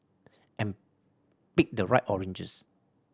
and pick the right oranges